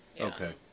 okay